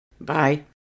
Bye